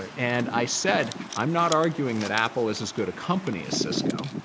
and i said, i'm not arguing that apple is as good a company as cisco.